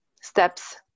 steps